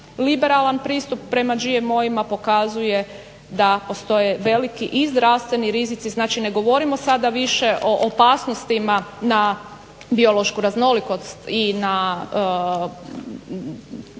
liberalan pristup prema GMO-ima pokazuje da postoje veliki i zdravstveni rizici. Znači ne govorimo sada više o opasnostima na biološku raznolikost i na